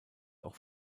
auch